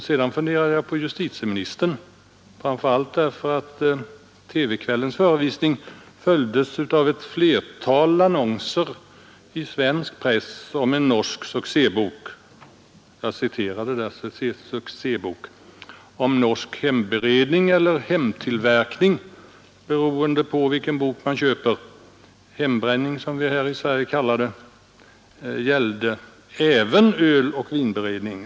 Sedan funderade jag på justitieministern, framförallt därför att TV-kvällens förevisning följdes av ett flertal annonser i svensk press om en norsk ”succébok” om norsk hemberedning eller hemtillverkning, beroende på vilken bok man köper. Hembränning, som vi här i Sverige kallar det, gällde även öloch vinberedning.